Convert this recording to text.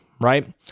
right